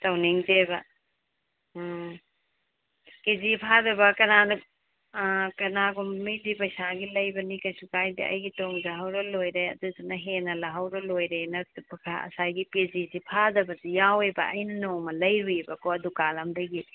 ꯇꯧꯅꯤꯡꯗꯦꯕ ꯎꯝ ꯀꯦꯖꯤ ꯐꯥꯗꯕ ꯀꯅꯥꯅ ꯑꯥ ꯀꯅꯥꯒꯨꯝꯕ ꯃꯤꯗꯤ ꯄꯩꯁꯥꯒꯤ ꯂꯩꯕꯅꯤ ꯀꯩꯁꯨ ꯀꯥꯏꯗꯦ ꯑꯩꯒꯤ ꯇꯣꯡꯖꯍꯧꯔꯒ ꯂꯣꯏꯔꯦ ꯑꯗꯨꯗꯨꯅ ꯍꯦꯟꯅ ꯂꯧꯍꯧꯔꯒ ꯂꯣꯏꯔꯦꯅ ꯉꯁꯥꯏꯒꯤ ꯀꯦꯖꯤꯁꯤ ꯐꯥꯗꯕꯗꯤ ꯌꯥꯎꯋꯦꯕ ꯑꯩꯅ ꯅꯣꯡꯃ ꯂꯩꯔꯨꯏꯌꯦꯕꯀꯣ ꯗꯨꯀꯥꯟ ꯑꯃꯗꯒꯤ